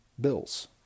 bills